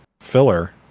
filler